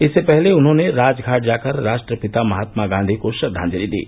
इससे पहले उन्होंने राजधाट जाकर राष्ट्रपिता महात्मा गांधी को श्रद्वांजलि दी